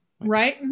Right